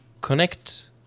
connect